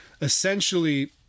essentially